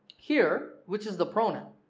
here which is the pronoun?